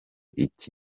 iki